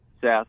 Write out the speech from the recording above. Seth